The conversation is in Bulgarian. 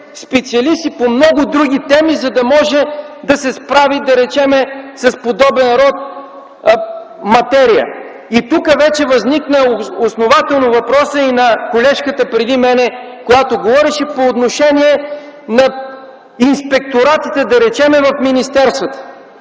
специалист и по много други теми, за да може да се справи, да речем, с подобен род материя. Тук вече възникна основателно въпросът на колежката, която говори преди мен, по отношение на инспекторатите, да речем в министерствата.